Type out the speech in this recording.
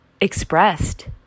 expressed